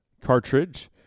Cartridge